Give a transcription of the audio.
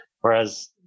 Whereas